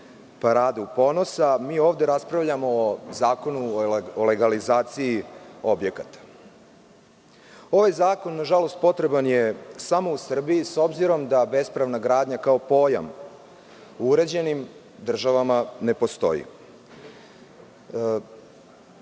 „Paradu ponosa“, mi ovde raspravljamo o Zakonu o legalizaciji objekata. Ovaj zakon, nažalost, potreban je samo u Srbiji, s obzirom da bespravna gradnja kao pojam u uređenim državama ne